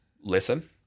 listen